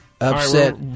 upset